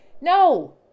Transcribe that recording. no